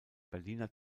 berliner